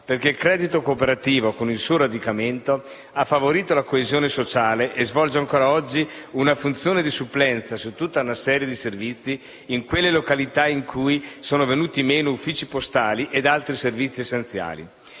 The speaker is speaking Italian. Perché il credito cooperativo, con il suo radicamento, ha favorito la coesione sociale e svolge ancora oggi una funzione di supplenza su tutta una serie di servizi in quelle località in cui sono venuti meno uffici postali ed altri servizi essenziali.